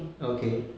okay